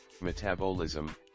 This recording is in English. metabolism